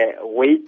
wait